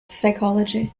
psychology